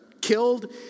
killed